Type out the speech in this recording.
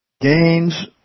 gains